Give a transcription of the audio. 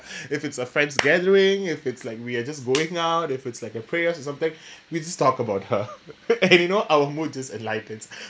if it's a friends gathering if it's like we are just going out if it's like a prayers or something we just talk about her and you know our mood just enlightens